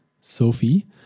Sophie